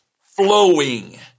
flowing